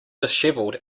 dishevelled